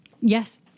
Yes